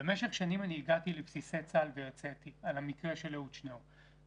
במשך שנים אני הגעתי לבסיסי הצבא והרציתי על המקרה של אהוד שניאור,